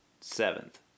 seventh